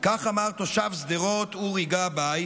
כך אמר תושב שדרות אורי גבאי,